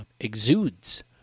exudes